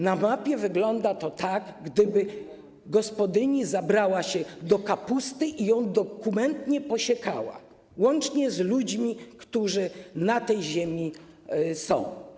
Na mapie wygląda to tak, jak gdyby gospodyni zabrała się do kapusty i ją dokumentnie posiekała, łącznie z ludźmi, którzy na tej ziemi są.